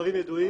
והדברים ידועים.